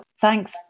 Thanks